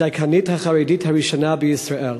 הדיקנית החרדית הראשונה בישראל.